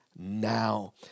Now